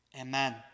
Amen